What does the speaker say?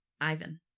Ivan